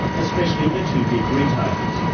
especially the two big retailers,